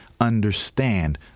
understand